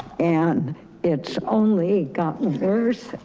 and it's only gotten worse.